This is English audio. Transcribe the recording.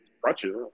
crutches